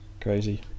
crazy